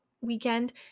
weekend